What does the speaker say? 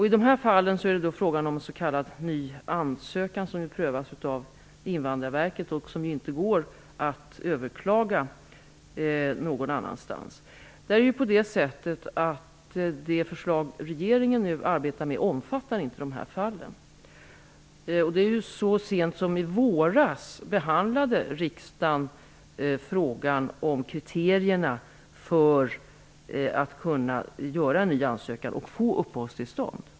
I de här fallen är det fråga om s.k. ny ansökan, som prövas av Invandrarverket och som inte går att överklaga någon annanstans. Det förslag regeringen nu arbetar med omfattar inte de här fallen. Så sent som i våras behandlade riksdagen frågan om kriterierna för att man skall kunna göra ny ansökan om uppehållstillstånd.